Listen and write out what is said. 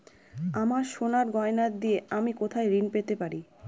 আমার সোনার গয়নার দিয়ে আমি কোথায় ঋণ পেতে পারি?